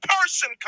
person